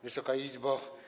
Wysoka Izbo!